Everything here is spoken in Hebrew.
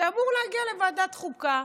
זה להגיע לוועדת חוקה.